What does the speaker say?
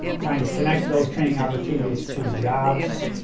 trying to connect those training opportunities to jobs,